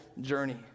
journey